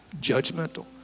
judgmental